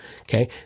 okay